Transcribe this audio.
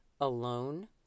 alone